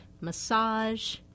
massage